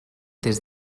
des